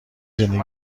زندگی